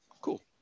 cool